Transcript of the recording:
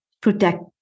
protect